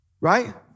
Right